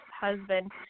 husband